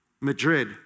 Madrid